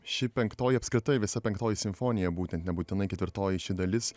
ši penktoji apskritai visa penktoji simfonija būtent nebūtinai ketvirtoji ši dalis